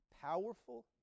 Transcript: powerful